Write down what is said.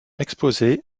exposés